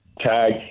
tag